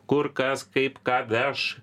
kur kas kaip ką veš